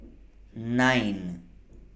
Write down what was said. nine